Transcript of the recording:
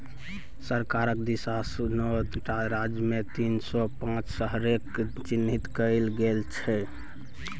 सरकारक दिससँ नौ टा राज्यमे तीन सौ पांच शहरकेँ चिह्नित कएल गेल छै